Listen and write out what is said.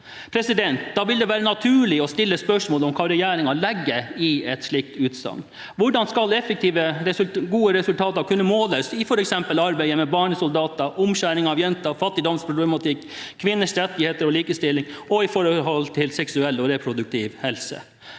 usikker. Da vil det være naturlig å stille spørsmål om hva regjeringen legger i et slikt utsagn. Hvordan skal effektive, gode resultater kunne måles i f.eks. arbeidet med barnesoldater, omskjæring av jenter, fattigdomsproblematikk, kvinners rettigheter og likestilling og i forhold til seksuell og reproduktiv helse?